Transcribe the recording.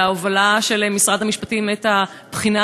וההובלה של משרד המשפטים את הבחינה